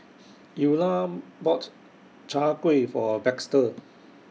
Eulah bought Chai Kuih For Baxter